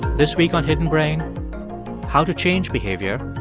this week on hidden brain how to change behavior.